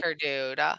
dude